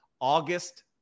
August